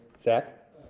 Zach